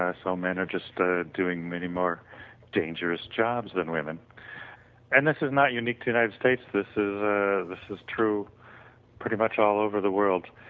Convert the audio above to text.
so, men are just ah doing many more dangerous jobs than women and this is not unique to united states this is ah this is true pretty much all over the world.